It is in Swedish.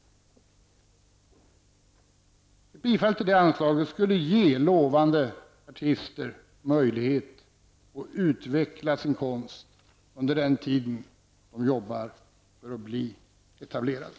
Ett bifall till det anslaget skulle ge lovande artister möjlighet att utveckla sin konst under den tid de jobbar för att bli etablerade.